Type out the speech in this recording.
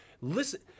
listen